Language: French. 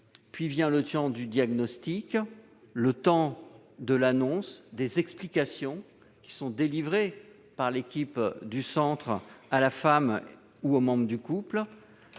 ensuite le temps du diagnostic, le temps de l'annonce et des explications qui sont délivrées par l'équipe du centre à la femme ou au couple,